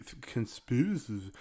conspiracy